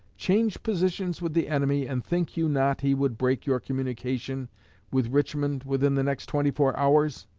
change positions with the enemy, and think you not he would break your communication with richmond within the next twenty-four hours?